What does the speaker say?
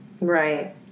right